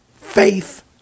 Faith